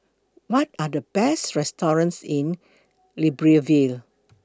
What Are The Best restaurants in Libreville